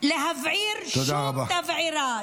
להבעיר שום תבערה.